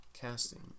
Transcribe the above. casting